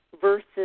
versus